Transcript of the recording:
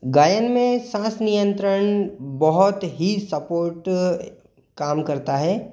गायन में साँस नियंत्रण बहुत ही सपोर्ट काम करता है